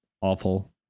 awful